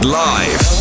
live